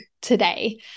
today